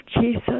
Jesus